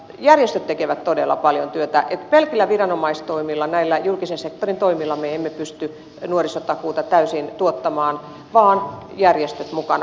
järjestöt tekevät todella paljon työtä niin että pelkillä viranomaistoimilla näillä julkisen sektorin toimilla me emme pysty nuorisotakuuta täysin tuottamaan vaan järjestöt mukana